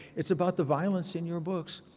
it's about the violence in your books.